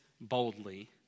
boldly